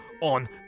on